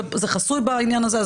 וזה חסוי בעניין הזה,